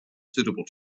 suitable